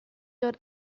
dod